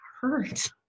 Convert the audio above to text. hurt